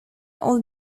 all